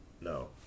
No